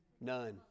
None